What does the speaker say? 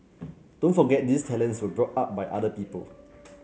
don't forget these talents were brought up by other people